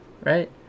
right